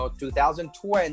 2020